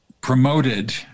promoted